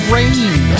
Rain